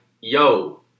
yo